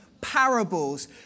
parables